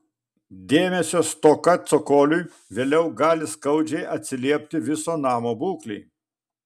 dėmesio stoka cokoliui vėliau gali skaudžiai atsiliepti viso namo būklei